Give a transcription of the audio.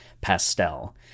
Pastel